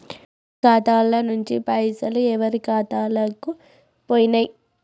నా ఖాతా ల నుంచి పైసలు ఎవరు ఖాతాలకు పోయినయ్?